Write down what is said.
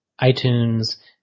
itunes